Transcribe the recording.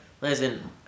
Listen